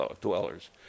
dwellers